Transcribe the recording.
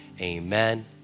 amen